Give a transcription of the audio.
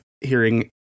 hearing